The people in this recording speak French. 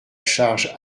charge